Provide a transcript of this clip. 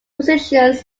positions